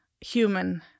human